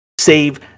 save